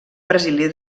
brasiler